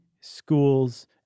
schools